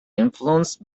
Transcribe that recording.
influenced